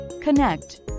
connect